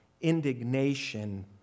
indignation